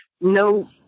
No